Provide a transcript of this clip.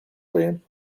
cream